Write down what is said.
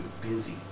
busy